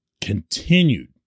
continued